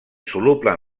soluble